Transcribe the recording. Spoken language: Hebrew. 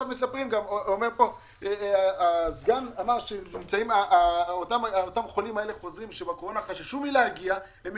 אמר פה ד"ר פלדמן שהחולים שחששו להגיע בתקופת